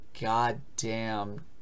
goddamn